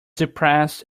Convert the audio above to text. depressed